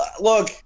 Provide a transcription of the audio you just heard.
Look